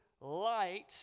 light